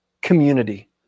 community